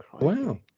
Wow